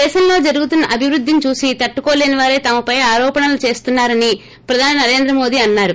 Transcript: దేశంలో జరుగుతున్న అభివృద్షిని చూసి తట్లుకోలేని వారే తమపై ఆరోపణలు చేస్తున్నా రని ప్రధాని నరేంద్ర మోదీ అన్సారు